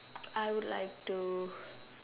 I would like to